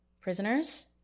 prisoners